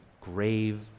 grave